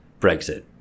Brexit